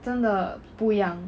真的不一样